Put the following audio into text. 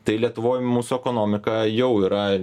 tai lietuvoj mūsų ekonomika jau yra